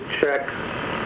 check